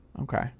Okay